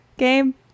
game